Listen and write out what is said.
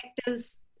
actors